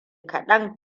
kaɗan